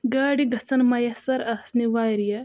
گاڑِ گژھن میسر آسنہِ واریاہ